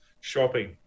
shopping